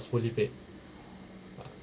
fully paid ah